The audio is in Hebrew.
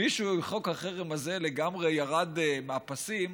חוק החרם הזה לגמרי ירד מהפסים,